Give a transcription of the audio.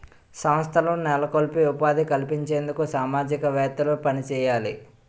సంస్థలను నెలకొల్పి ఉపాధి కల్పించేందుకు సామాజికవేత్తలు పనిచేయాలి